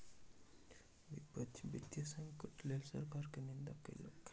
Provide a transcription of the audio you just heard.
विपक्ष वित्तीय संकटक लेल सरकार के निंदा केलक